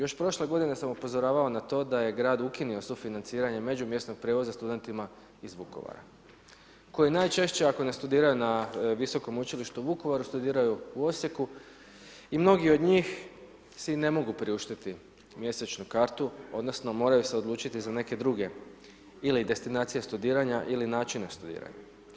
Još prošle godine sam upozoravao na to da je grad ukinuo sufinanciranje međumjesnog prijevoza studentima iz Vukovara koji najčešće ako ne studiraju na Visokom učilištu u Vukovaru, studiraju u Osijeku i mnogi od njih si i ne mogu priuštiti mjesečnu kartu, odnosno moraju se odlučiti za neke druge ili destinacije studiranja ili načine studiranja.